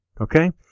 okay